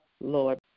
Lord